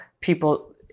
people